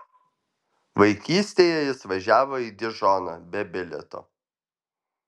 vaikystėje jis važiavo į dižoną be bilieto